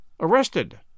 arrested